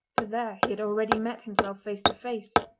for there he had already met himself face to face.